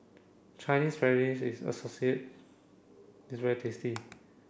Chinese Spinach is is very tasty